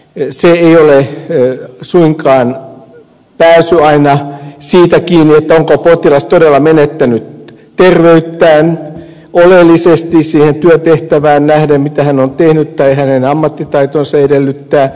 ei ole suinkaan pääsy aina siitä kiinni onko potilas todella menettänyt terveyttään oleellisesti siihen työtehtävään nähden mitä hän on tehnyt tai hänen ammattitaitonsa edellyttää